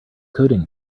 coding